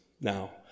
now